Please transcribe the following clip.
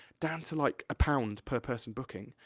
down to, like, a pound per person booking.